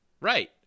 Right